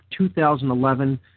2011